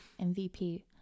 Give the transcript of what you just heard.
MVP